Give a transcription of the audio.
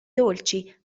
dolci